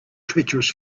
treacherous